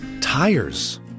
tires